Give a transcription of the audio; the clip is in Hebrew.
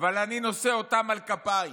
אבל אני נושא אותם על כפיים,